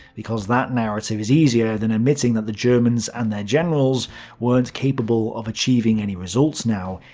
because that narrative is easier than admitting that the germans and their generals weren't capable of achieving any results now,